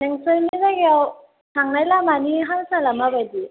नोंसोरनि जायगायाव थांनाय लामानि हालसाला माबायदि